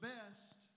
Best